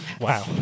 Wow